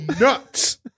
nuts